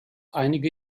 einige